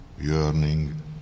yearning